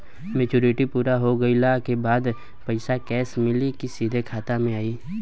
Maturity पूरा हो गइला के बाद पईसा कैश मिली की सीधे खाता में आई?